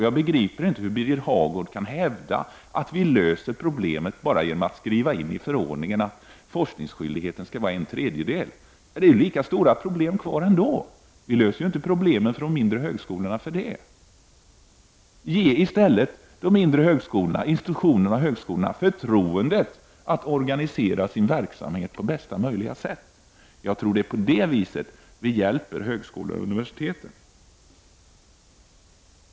Jag begriper inte hur Birger Hagård kan hävda att vi löser problemet bara genom att skriva in i förordningen att forskningsskyldigheten skall omfatta en tredjedel av tjänsten. Vi löser ju inte problemen för de mindre högskolorna med det! Ge i stället de mindre institutionerna och högskolorna förtroendet att organisera sin verksamhet på bästa möjliga sätt. Jag tror att det är på det sättet vi kan hjälpa högskolor och universitet.